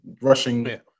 rushing